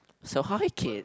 so hi kids